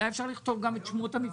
היה אפשר גם לכתוב את שמות המפלגות.